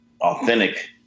authentic